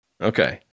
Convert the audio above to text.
Okay